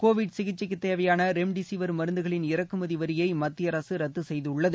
Covid சிகிச்சைக்கு தேவையான remdesivir மருந்துகளின் இறக்குமதி வரியை மத்திய அரசு ரத்து செய்துள்ளது